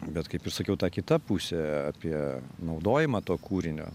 bet kaip ir sakiau ta kita pusė apie naudojimą to kūrinio